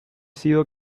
sido